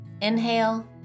Inhale